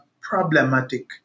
problematic